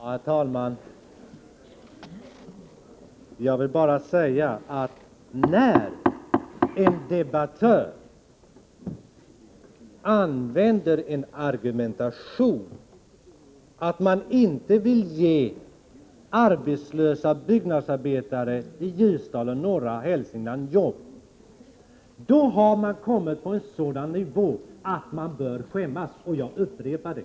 Herr talman! Jag vill bara säga att när man som debattör använder en sådan argumentation som att vi inte vill ge arbetslösa byggnadsarbetare i Ljusdal och norra Hälsingland jobb, då har man kommit till en sådan nivå att man bör skämmas. Jag upprepar det.